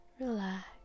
relax